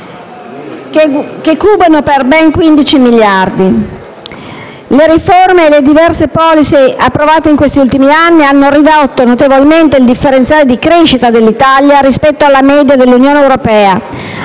che cubano per ben 15 miliardi; le riforme e le diverse *policy* approvate negli ultimi anni hanno ridotto ulteriormente il differenziale dell'Italia rispetto alla media dell'Unione europea